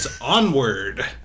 Onward